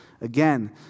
Again